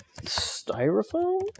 Styrofoam